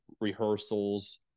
rehearsals